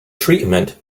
treatment